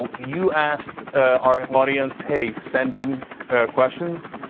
ah you asked our audience, hey, send in questions.